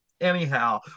anyhow